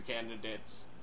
candidates